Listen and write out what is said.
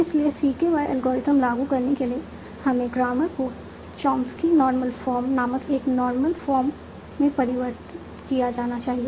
इसलिए CKY algorithm लागू करने के लिए मेरे ग्रामर को चॉम्स्की नॉर्मल फॉर्म नामक एक नॉर्मल फॉर्म में परिवर्तित किया जाना चाहिए